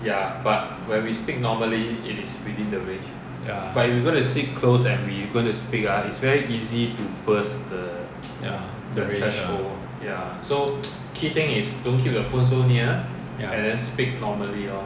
ya the range !huh! ya